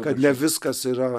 kad ne viskas yra